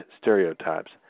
stereotypes